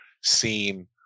seen